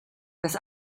das